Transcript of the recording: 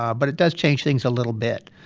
ah but it does change things a little bit.